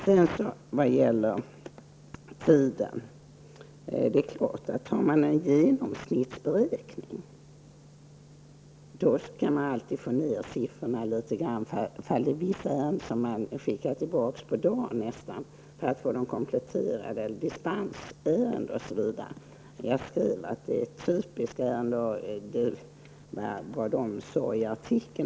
Sedan beträffande tiden vill jag säga att det är klart att man, om det finns en genomsnittlig beräkning, alltid kan få ned siffrorna något. En del ärenden skickas tillbaka kanske på dagen för kompletteringar. Det kan också gälla dispenser. Det är typiska ärenden. Om detta talas det ju också i nämnda artikel.